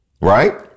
right